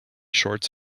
shorts